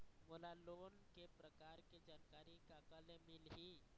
मोला लोन के प्रकार के जानकारी काकर ले मिल ही?